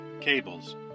cables